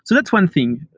so that's one thing,